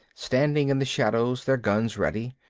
standing in the shadows, their guns ready.